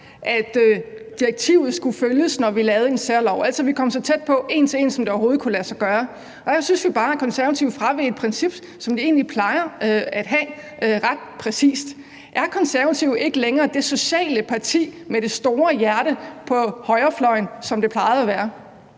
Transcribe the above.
at direktivet skulle følges, når vi lavede en særlov, altså at vi en til en kom så tæt på det, som det overhovedet kunne lade sig gøre. Her synes vi bare, at Konservative fraveg et princip, som de egentlig plejer at stå ret fast på. Er Konservative ikke længere det sociale parti med det store hjerte på højrefløjen, som det plejede at være?